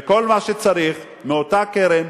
וכל מה שצריך, מאותה קרן,